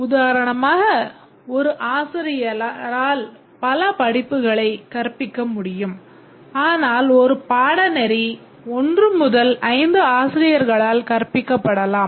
உதாரணமாக ஒரு ஆசிரியரால் பல படிப்புகளைக் கற்பிக்க முடியும் ஆனால் ஒரு பாடநெறி 1 முதல் 5 ஆசிரியர்களால் கற்பிக்கப்படலாம்